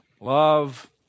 love